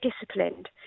disciplined